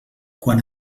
quan